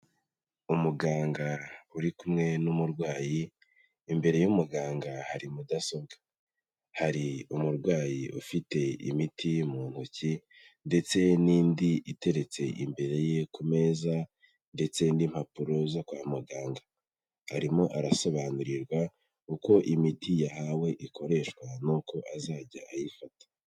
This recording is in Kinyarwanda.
Umuganga uri kumwe n'umurwayi, imbere y'umuganga hari mudasobwa. Hari umurwayi ufite imiti mu ntoki ndetse n'indi iteretse imbere ye ku meza ndetse n'impapuro zo kwa muganga. Arimo arasobanurirwa uko imiti yahawe ikoreshwa n'uko azajya ayifata.